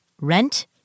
rent